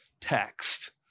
text